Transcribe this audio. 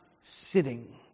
sitting